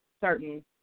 certain